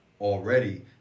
already